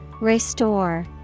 Restore